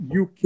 UK